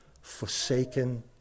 forsaken